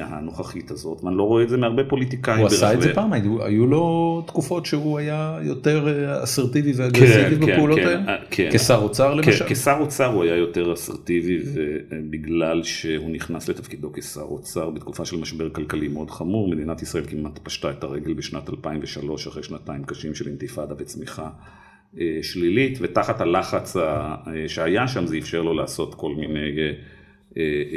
הנוכחית הזאת, ואני לא רואה את זה מהרבה פוליטיקאים ברחבי. הוא עשה את זה פעם? היו לו תקופות שהוא היה יותר אסרטיבי וארגרסיבי בפעולות האלה? כן. כשר אוצר למשל? כן, כשר אוצר הוא היה יותר אסרטיבי, ובגלל שהוא נכנס לתפקידו כשר אוצר, בתקופה של משבר כלכלי מאוד חמור, מדינת ישראל כמעט פשטה את הרגל בשנת 2003, אחרי שנתיים קשים של אינתיפאדה וצמיחה שלילית, ותחת הלחץ שהיה שם זה אפשר לו לעשות כל מיני